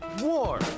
war